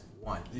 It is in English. one